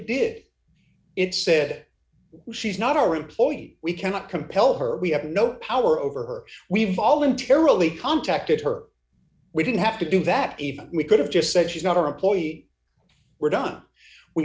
did it said she's not our employee we cannot compel her we have no power over her we voluntarily contacted her we didn't have to do that even we could have just said she's not our employee we're done we